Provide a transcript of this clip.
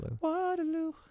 Waterloo